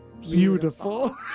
beautiful